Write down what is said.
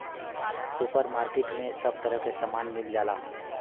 super market में सब तरह के सामान मिल जाला